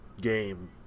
game